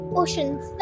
oceans